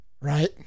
Right